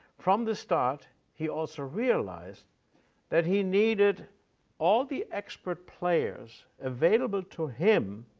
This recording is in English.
from the start, he also realized that he needed all the expert players available to him